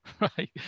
Right